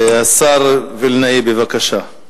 השר מתן וילנאי, בבקשה.